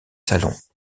salons